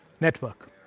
network